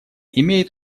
имеет